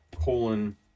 Colon